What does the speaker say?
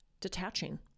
detaching